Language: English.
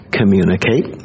communicate